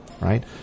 Right